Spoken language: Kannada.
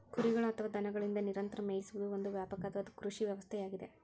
ಕುರಿಗಳು ಅಥವಾ ದನಗಳಿಂದ ನಿರಂತರ ಮೇಯಿಸುವುದು ಒಂದು ವ್ಯಾಪಕವಾದ ಕೃಷಿ ವ್ಯವಸ್ಥೆಯಾಗಿದೆ